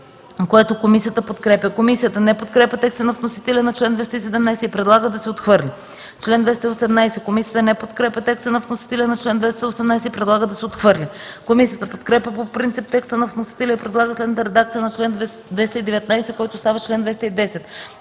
Комисията не подкрепя текста на вносителя на чл. 217 и предлага да се отхвърли.